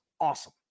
awesome